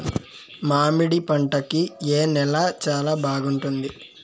మామిడి పంట కి ఏ నేల చానా బాగుంటుంది